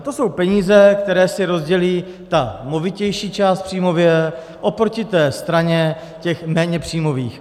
To jsou peníze, které si rozdělí ta movitější část příjmově oproti té straně těch méně příjmových.